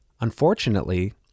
Unfortunately